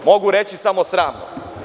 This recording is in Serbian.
Mogu reći samo – sramno.